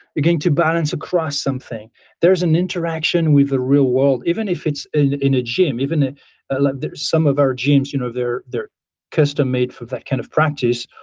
you're going to balance across something there's an interaction with the real world, even if it's in in a gym. even if like there's some of our gyms, you know they're they're custom made for that kind of practice,